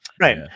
Right